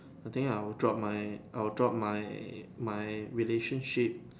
I think I would drop my I would drop my my relationship